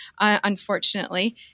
unfortunately